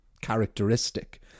characteristic